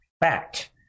Fact